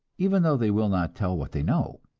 even though they will not tell what they know.